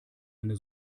eine